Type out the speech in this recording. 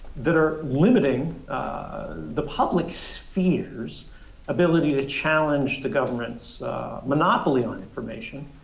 that are limiting the public spheres' ability to challenge the government's monopoly on information.